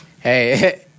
Hey